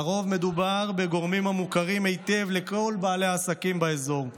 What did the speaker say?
לרוב מדובר בגורמים המוכרים היטב לכל בעלי העסקים באזור,